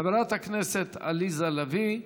חברת הכנסת עליזה לביא,